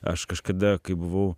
aš kažkada kai buvau